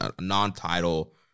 non-title